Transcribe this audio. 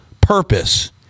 purpose